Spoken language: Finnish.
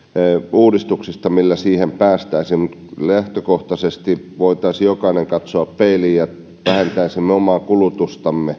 uudistuksista millä siihen päästäisiin lähtökohtaisesti voisimme jokainen katsoa peiliin ja vähentää omaa kulutusta